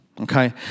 Okay